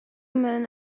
men